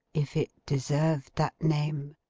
if it deserved that name,